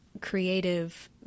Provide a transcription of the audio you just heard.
creative